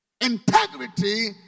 Integrity